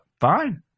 Fine